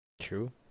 True